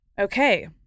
Okay